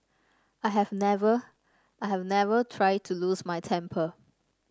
I have never I have never try to lose my temper